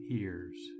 ears